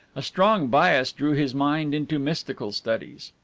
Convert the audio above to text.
a strong bias drew his mind into mystical studies.